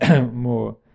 more